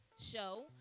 show